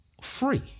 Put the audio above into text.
free